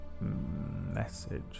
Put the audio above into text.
Message